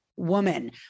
woman